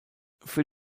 für